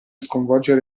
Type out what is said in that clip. sconvolgere